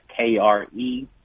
KRE